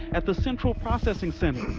at the central processing center,